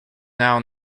now